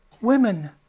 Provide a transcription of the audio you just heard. women